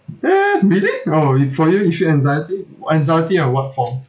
!huh! really oh you for you you sure anxiety anxiety in what form